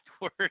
word